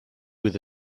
with